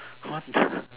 what the